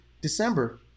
December